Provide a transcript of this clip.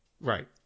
Right